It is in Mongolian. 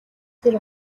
тэр